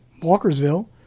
Walkersville